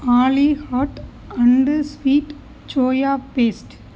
Ali hot and sweet soya paste